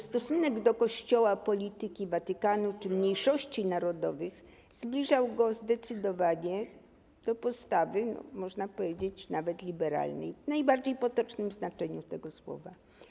stosunek do Kościoła, polityki Watykanu, czy mniejszości narodowych zbliżał go zdecydowanie do postawy, można powiedzieć, nawet liberalnej - w najbardziej potocznym znaczeniu tego słowa.